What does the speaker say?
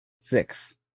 six